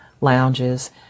lounges